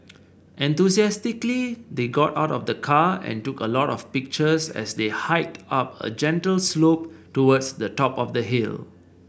enthusiastically they got out of the car and took a lot of pictures as they hiked up a gentle slope towards the top of the hill